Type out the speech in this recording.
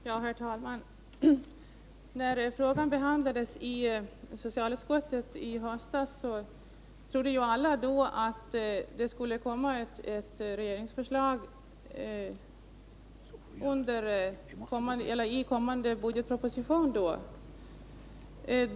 Herr talman! När frågan behandlades i socialutskottet i höstas trodde alla att det skulle komma ett regeringsförslag i kommande budgetproposition.